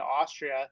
Austria